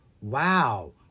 Wow